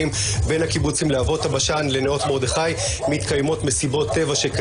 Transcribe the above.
אני אומר שבהקשר הזה של מסיבות הטבע,